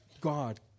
God